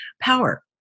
power